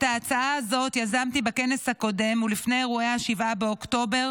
את ההצעה הזאת יזמתי בכנס הקודם ולפני אירועי 7 באוקטובר,